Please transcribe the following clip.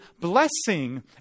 blessing